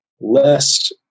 less